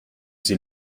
sie